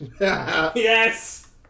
Yes